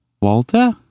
Walter